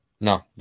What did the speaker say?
No